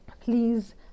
please